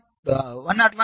11 ohm 100